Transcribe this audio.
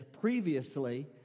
Previously